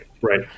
right